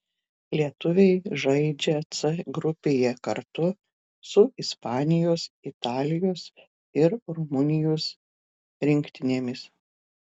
lietuviai žaidžia c grupėje kartu su ispanijos italijos ir rumunijos rinktinėmis